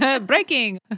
Breaking